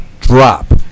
drop